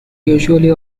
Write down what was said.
usually